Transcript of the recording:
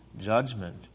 judgment